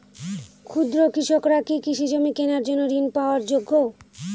ক্ষুদ্র কৃষকরা কি কৃষি জমি কেনার জন্য ঋণ পাওয়ার যোগ্য?